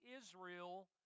Israel